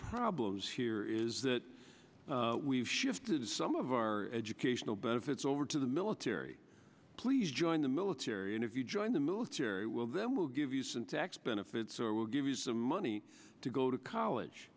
problems here is that we've shifted some of our educational benefits over to the military please join the military and if you join the military we'll then we'll give you some tax benefits or we'll give you some money to go to college